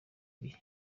bihe